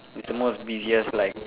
it's the most busiest like